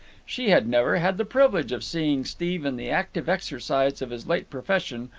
she had never had the privilege of seeing steve in the active exercise of his late profession,